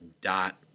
dot